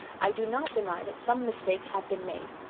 i do not deny that some mistakes have been made.